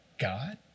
God